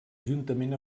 juntament